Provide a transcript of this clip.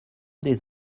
des